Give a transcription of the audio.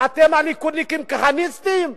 אתם הליכודניקים כהניסטים?